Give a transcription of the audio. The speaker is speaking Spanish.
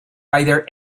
rider